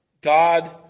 God